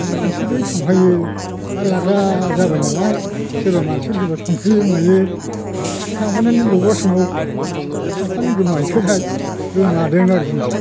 बे मानसिफोरजों थांफायो मात लाग्रा जाबाय नालाय सोरबा मानसिफोरजोंबो थांफायो मायो बे थांफानाय माने बबेबा समाव बहा थांफाना गोमाहैखोथाय गोमादों आरो जिनिसआ